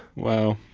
wow.